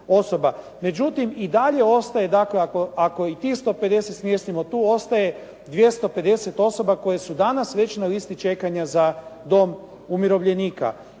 Međutim, i dalje ostaje. Dakle, ako i tih 150 smjestimo tu ostaje 250 osoba koje su danas već na listi čekanja za dom umirovljenika.